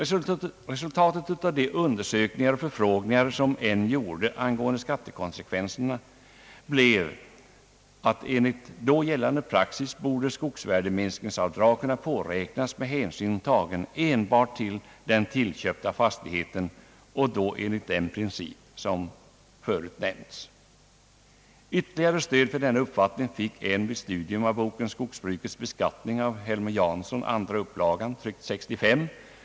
Enligt de undersökningar och förfrågningar som N gjorde angående skattekonsekvenserna borde enligt då gällande praxis skattevärdeminskningsavdrag kunna påräknas med hänsyn tagen enbart till den tillköpta fastigheten, och då enligt den princip som förut nämnts. Ytterligare stöd för denna uppfattning fick N vid studium av boken »Skogsbrukets beskattning» av Helmer Jansson, andra upplagan, tryckt år 1965.